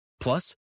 Plus